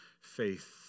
faith